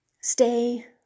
stay